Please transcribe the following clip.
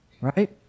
Right